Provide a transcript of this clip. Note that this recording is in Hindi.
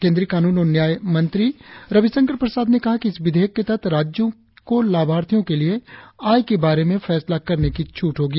केंद्रीय कानून और न्याय मंत्री रविशंकर प्रसाद ने कहा कि इस विधेयक के तहत राज्यों को लाभार्थियों के लिए आय के बारे में फैसला करने की छूट होगी